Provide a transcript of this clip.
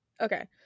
okay